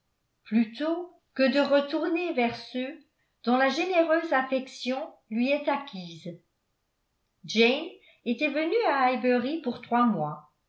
plutôt que de retourner vers ceux dont la généreuse affection lui est acquise jane était venue à highbury pour trois mois